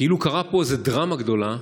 כאילו קרתה פה איזה דרמה גדולה,